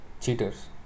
cheaters